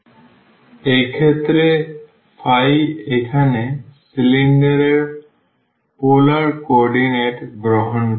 সুতরাং এক্ষেত্রে এখানে cylindrical পোলার কোঅর্ডিনেট গ্রহণ করে